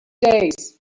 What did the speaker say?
days